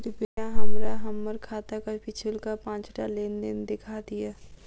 कृपया हमरा हम्मर खाताक पिछुलका पाँचटा लेन देन देखा दियऽ